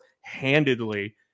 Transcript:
handedly